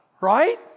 right